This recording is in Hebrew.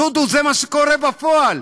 דודו, זה מה שקורה בפועל.